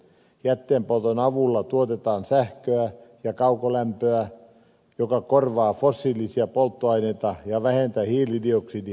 jätteenpolton avulla tuotetaan sähköä ja kaukolämpöä joka korvaa fossiilisia polttoaineita ja vähentää hiilidioksidipäästöjä